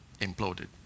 imploded